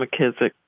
McKissick